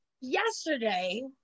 yesterday